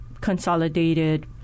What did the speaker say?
consolidated